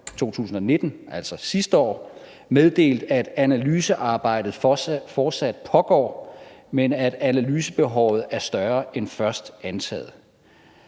2019, altså sidste år, meddelt, at analysearbejdet fortsat pågår, men at analysebehovet er større end først antaget.